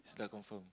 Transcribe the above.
Is dah confirm